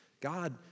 God